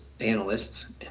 analysts